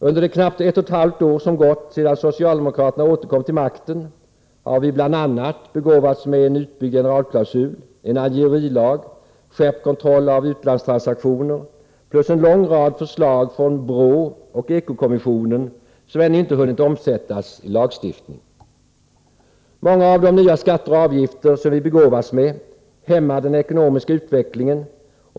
Under de knappt ett och ett halvt år som gått sedan socialdemokraterna återkom till makten har vi bl.a. begåvats med en utbyggd generalklausul, en angiverilag, skärpt kontroll av utlandstransaktioner plus en lång rad förslag från BRÅ och Eko-kommissionen som ännu inte hunnit omsättas i lagstiftning. Många av de nya skatter och avgifter som vi begåvats med hämmar den ekonomiska utvecklingen.